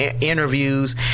interviews